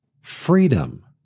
freedom